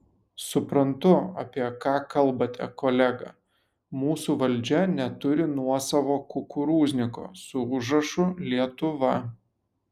suprantu apie ką kalbate kolega mūsų valdžia neturi nuosavo kukurūzniko su užrašu lietuva